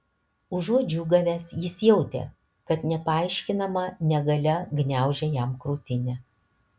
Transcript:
užuot džiūgavęs jis jautė kad nepaaiškinama negalia gniaužia jam krūtinę